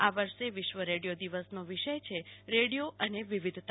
આ વર્ષે વિશ્વ રેડિયો દિવસનો વિષય છે રેડિયો અને વિવિધતા